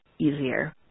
easier